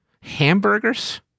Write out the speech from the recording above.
Hamburgers